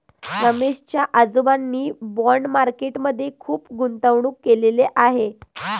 रमेश च्या आजोबांनी bond market मध्ये खुप गुंतवणूक केलेले आहे